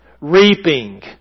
Reaping